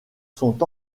sont